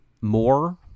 more